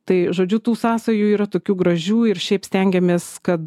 tai žodžiu tų sąsajų yra tokių gražių ir šiaip stengiamės kad